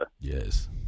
Yes